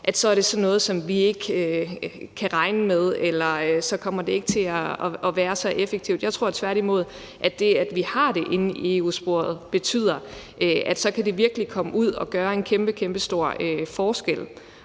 er det noget, som vi ikke kan regne med, eller som ikke kommer til at være så effektivt. Jeg tror tværtimod, at det, at vi har det inde i EU-sporet, betyder, at det så virkelig kan komme ud og gøre en kæmpestor forskel.